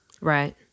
Right